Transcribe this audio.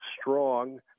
strong